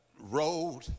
road